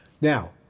Now